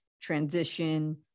transition